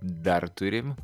dar turim